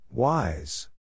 Wise